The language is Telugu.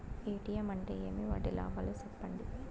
ఎ.టి.ఎం అంటే ఏమి? వాటి లాభాలు సెప్పండి?